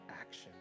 action